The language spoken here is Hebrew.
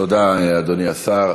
תודה, אדוני השר.